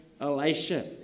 Elisha